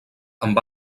amb